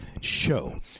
show